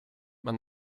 man